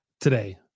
today